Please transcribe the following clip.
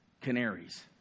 canaries